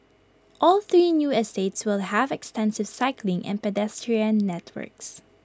all three new estates will have extensive cycling and pedestrian networks